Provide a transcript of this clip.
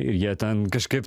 ir jie ten kažkaip